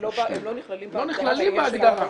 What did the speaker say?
הם לא נכללים בהגדרה שיש לנו פה.